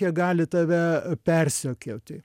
jie gali tave persekioti